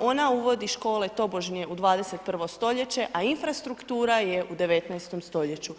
ona uvodi škole tobožnje u 21. stoljeće, a infrastruktura je u 19. stoljeću.